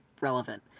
relevant